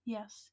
Yes